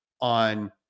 on